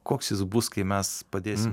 koks jis bus kai mes padėsim